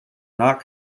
not